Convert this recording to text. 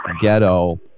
ghetto